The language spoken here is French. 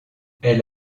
elle